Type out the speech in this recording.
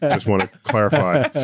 and just wanna clarify.